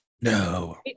No